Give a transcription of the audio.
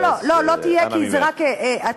לא, לא תהיה כי זה רק הצבעה.